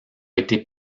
été